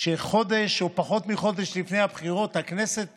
שחודש או פחות מחודש לפני הבחירות הכנסת